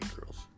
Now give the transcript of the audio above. girls